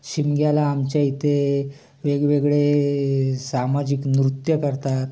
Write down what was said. शिमग्याला आमच्या इथे वेगवेगळे सामाजिक नृत्य करतात